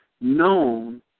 known